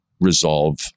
resolve